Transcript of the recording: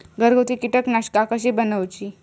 घरगुती कीटकनाशका कशी बनवूची?